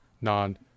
non-